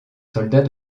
soldats